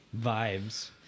vibes